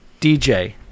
DJ